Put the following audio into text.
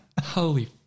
Holy